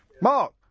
Mark